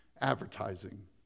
advertising